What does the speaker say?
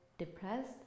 depressed